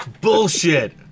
Bullshit